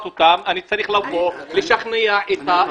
אני אשתכנע יותר?